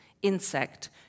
insect